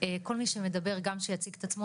כל מי שמדבר גם שיציג את עצמו,